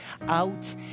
out